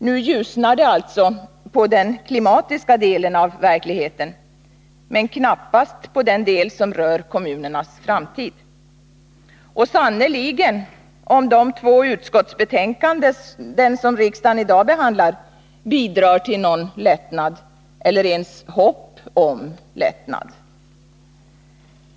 Nu ljusnar det alltså på den klimatiska delen av verkligheten, men knappast på den del som rör kommunernas framtid. Och sannerligen om de två utskottsbetänkanden som riksdagen i dag behandlar bidrar till någon lättnad, eller ens hopp om lättnad!